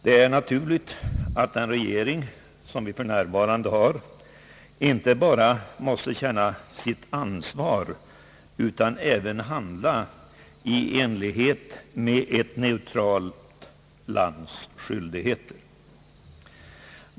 Det är naturligt att den regering som vi för närvarande har inte bara måste känna sitt ansvar, utan även måste handla i enlighet med ett neutralt lands skyldigheter.